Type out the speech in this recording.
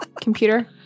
computer